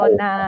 na